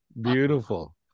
Beautiful